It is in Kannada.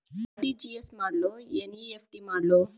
ಆರ್.ಟಿ.ಜಿ.ಎಸ್ ಮಾಡ್ಲೊ ಎನ್.ಇ.ಎಫ್.ಟಿ ಮಾಡ್ಲೊ?